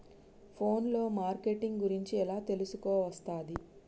Phone లో marketing గురించి ఎలా తెలుసుకోవస్తది?